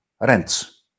rents